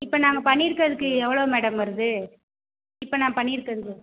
இப்போ நாங்கள் பண்ணியிருக்கறதுக்கு எவ்வளோ மேடம் வருது இப்போ நான் பண்ணியிருக்கறதுக்கு